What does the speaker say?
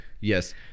yes